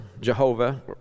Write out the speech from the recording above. Jehovah